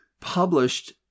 published